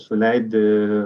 suleidi ir